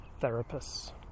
therapists